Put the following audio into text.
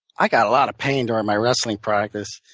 i've got a lot of pain during my wrestling practice,